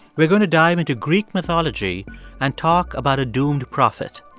we're going to dive into greek mythology and talk about a doomed prophet.